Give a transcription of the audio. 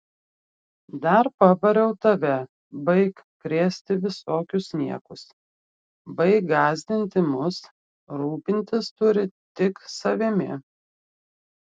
dar pabariau tave baik krėsti visokius niekus baik gąsdinti mus rūpintis turi tik savimi